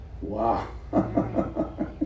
Wow